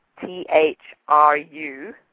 T-H-R-U